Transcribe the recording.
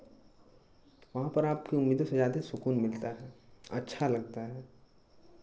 वहाँ पर आपको उम्मीदों से ज़्यादे सुकून मिलता है अच्छा लगता है